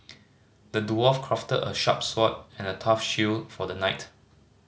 the dwarf crafted a sharp sword and a tough shield for the knight